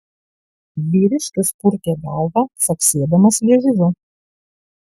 vyriškis purtė galvą caksėdamas liežuviu